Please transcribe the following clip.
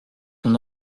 ton